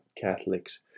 Catholics